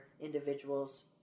individuals